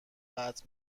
قطع